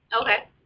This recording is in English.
Okay